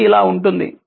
ఇది ఇలా ఉంటుంది